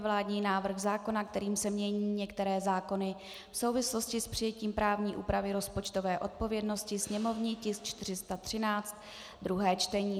Vládní návrh zákona, kterým se mění některé zákony v souvislosti s přijetím právní úpravy rozpočtové odpovědnosti /sněmovní tisk 413/ druhé čtení